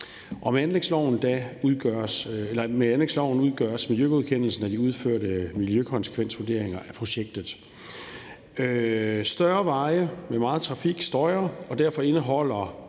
Med anlægsloven udgøres miljøgodkendelsen af de udførte miljøkonsekvensvurderinger af projektet. Større veje med meget trafik støjer, og derfor indeholder